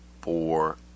four